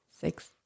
Six